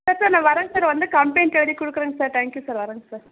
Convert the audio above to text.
sir sir நான் வரன் sir வந்து கம்ப்ளைண்ட் எழுதிக் கொடுக்குறேங்க சார் தேங்க் யூ சார் வர்றங்க சார்